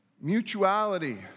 mutuality